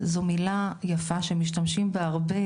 זו מילה יפה שמשתמשים בה הרבה,